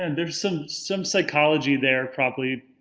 and there's some some psychology there, probably,